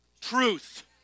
truth